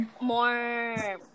more